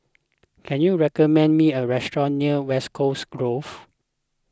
can you recommend me a restaurant near West Coast Grove